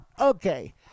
Okay